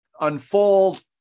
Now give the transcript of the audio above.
unfold